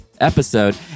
episode